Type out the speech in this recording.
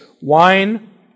wine